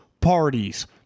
parties